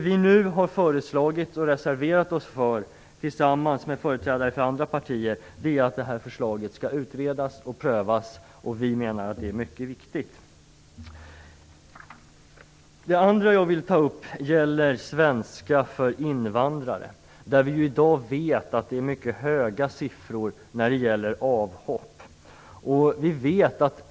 Vi har nu tillsammans med företrädare för andra partier reserverat oss för att detta förslag skall utredas och prövas. Vi menar att det är mycket viktigt. Det andra som jag vill ta upp gäller svenska för invandrare. Vi vet att antalet avhopp är mycket högt.